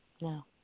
No